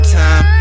time